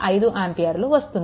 5 ఆంపియర్లు వస్తుంది